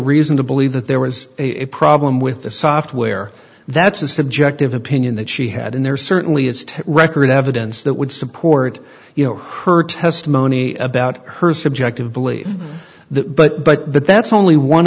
reason to believe that there was a problem with the software that's a subjective opinion that she had in there certainly it's to record evidence that would support you know her testimony about her subjective belief that but but that's only one